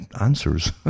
answers